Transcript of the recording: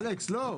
לא.